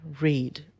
read